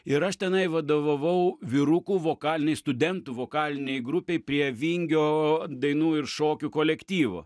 ir aš tenai vadovavau vyrukų vokalinei studentų vokalinei grupei prie vingio dainų ir šokių kolektyvo